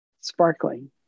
sparkling